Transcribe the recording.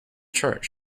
chart